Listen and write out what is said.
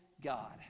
God